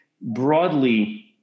broadly